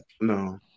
No